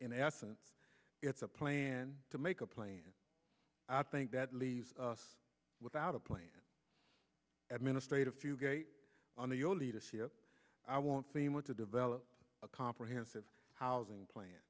in essence it's a plan to make a plan i think that leaves us without a plan administrate a few gate on the old leadership i won't seem to develop a comprehensive housing plan